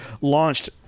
launched